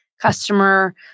customer